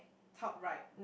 top right